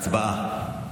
הצבעה.